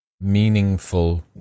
meaningful